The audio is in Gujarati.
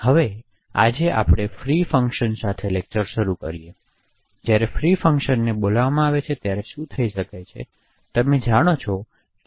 હવે આજે આપણે ફ્રી ફંક્શન્સ સાથે લેક્ચર શરૂ કરીશું